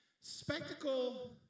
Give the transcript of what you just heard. Spectacle